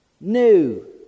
new